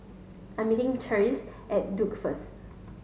I'm meeting Tressie at Duke first